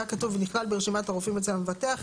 היה כתוב "נכלל ברשימת הרופאים אצל המבטח".